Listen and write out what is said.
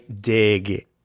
dig